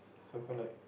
so called like